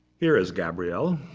here is gabriele,